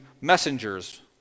messengers